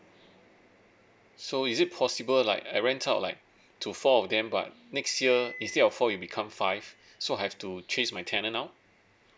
so is it possible like I rent out like to four of them but next year instead of four it become five so I have to chase my tenant out